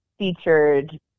featured